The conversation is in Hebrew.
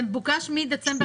מבקשים את זה מדצמבר